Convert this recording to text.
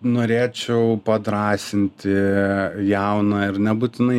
norėčiau padrąsinti jauną ir nebūtinai